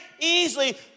easily